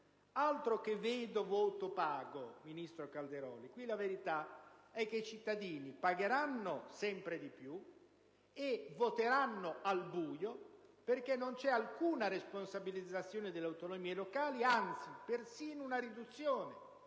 Altro che «vedo, pago, voto», ministro Calderoli: qui la verità è che i cittadini pagheranno sempre di più e voteranno al buio, perché non c'è alcuna responsabilizzazione delle autonomie locali, anzi c'è persino una riduzione